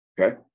Okay